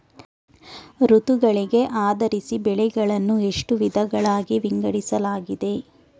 ಋತುಗಳಿಗೆ ಆಧರಿಸಿ ಬೆಳೆಗಳನ್ನು ಎಷ್ಟು ವಿಧಗಳಾಗಿ ವಿಂಗಡಿಸಲಾಗಿದೆ?